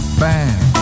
bang